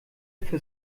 für